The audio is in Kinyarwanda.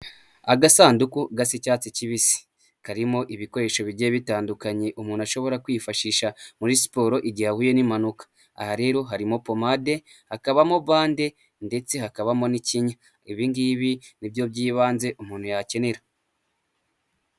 Agasanduku gasa icyatsi kibisi. Karimo ibikoresho bigiye bitandukanye umuntu ashobora kwifashisha muri siporo igihe ahuye n'impanuka. Aha rero harimo pomade, hakabamo bande, ndetse hakabamo n'ikinya. Ibingibi nibyo byibanze umuntu yakenera.